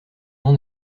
son